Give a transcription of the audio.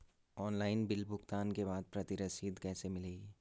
Online bill भुगतान के बाद प्रति रसीद कैसे मिलेगी?